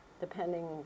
depending